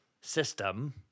system